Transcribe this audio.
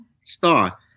star